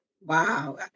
Wow